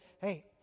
hey